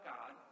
God